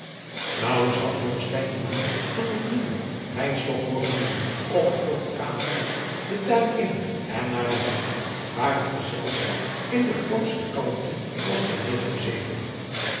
naauwelijks had blommesteyn den naam van de vrienden wynstok hooren noemen of hij vloog de kamer uit den tuin in en naar den vijver waar het gezelschap in de grootste kalmte was ter neder gezeten